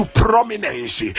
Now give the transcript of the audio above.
prominence